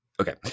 Okay